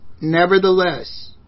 Nevertheless